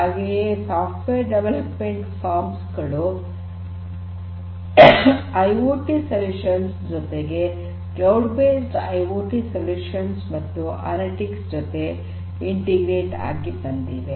ಹಾಗೆಯೇ software development firms ಗಳು IoT ಪರಿಹಾರಗಳ ಜೊತೆಗೆ ಕ್ಲೌಡ್ ಬೇಸ್ಡ್ ಐಓಟಿ ಸೊಲ್ಯೂಷನ್ಸ್ ಮತ್ತು ಅನಲಿಟಿಕ್ಸ್ ಜೊತೆ ಇಂಟಿಗ್ರೇಟ್ ಆಗಿ ಬಂದಿವೆ